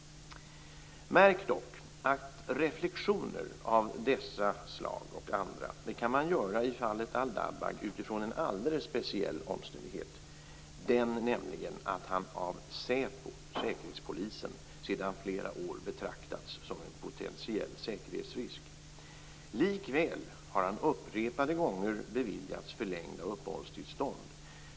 Märk dock att reflektioner av dessa och andra slag kan man göra i fallet Al-Dabbagh utifrån en alldeles speciell omständighet, nämligen att han av säpo, Säkerhetspolisen, sedan fler år har betraktats som en potentiell säkerhetsrisk. Likväl har han upprepade gånger beviljats förlängda uppehållstillstånd.